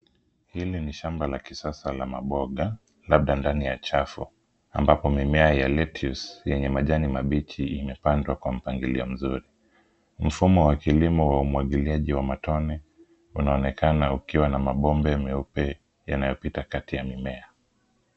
Hili ni shamba la kisasa la maboga labda ndani ya chafu ambapo mimea ya lettuce yenye majani mabichi imepandwa kwa mpangilio mzuri. Mfumo wa kilimo wa umwagiliaji wa matone unaonekana ukiwa na mabombe meupe yanayopita kati ya mimea.